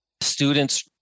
Students